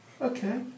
Okay